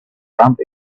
bump